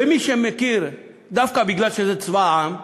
ומי שמכיר, דווקא בגלל שזה צבא העם,